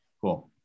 Cool